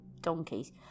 donkeys